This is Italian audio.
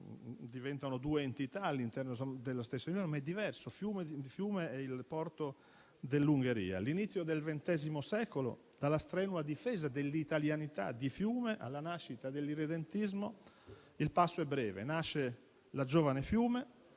diventano due entità nello stesso Impero. Fiume è il porto dell'Ungheria. All'inizio del XX secolo, dalla strenua difesa dell'italianità di Fiume alla nascita dell'irredentismo, il passo è breve. Nasce la giovane Fiume